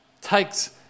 takes